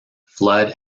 flood